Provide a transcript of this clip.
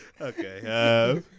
Okay